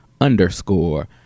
underscore